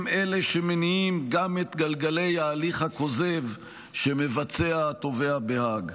הם אלה שמניעים גם את גלגלי ההליך הכוזב שמבצע התובע בהאג.